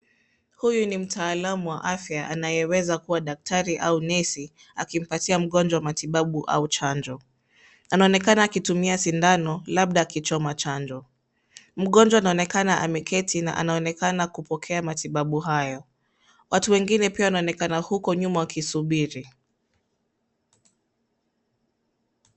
Huyu ni mtaalam wa afya anayeweza kuwa daktari au nesi akimpatia mgonjwa matibabu au chanjo. Anaonekana akitumia sindano labda akichoma chanjo. Mgonjwa anaonekana ameketi na anaonekana kupokea matibabu hayo. Watu wengine pia wanaonekana huko nyuma wakisubiri.